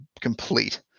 complete